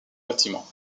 bâtiments